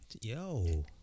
Yo